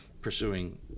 pursuing